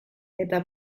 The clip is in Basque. eta